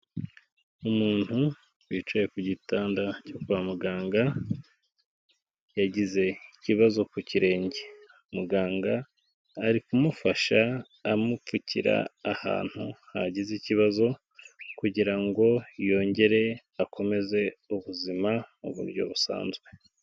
Umuntu wicaye ku gitanda cyo kwa muganga, yagize ikibazo ku kirenge, muganga ari kumufasha amupfukira ahantu hagize ikibazo, kugira ngo yongere akomeze ubuzima mu buryo busanzwe.